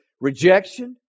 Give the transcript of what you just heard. rejection